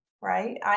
right